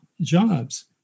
jobs